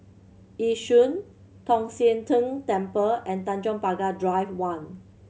Yishun Tong Sian Tng Temple and Tanjong Pagar Drive One